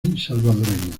salvadoreño